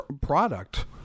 product